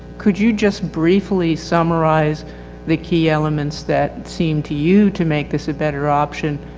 could you just briefly summarize the key elements that seem to you to make this a better option.